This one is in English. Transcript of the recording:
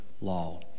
law